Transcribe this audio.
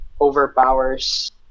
overpowers